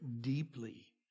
deeply